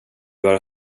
har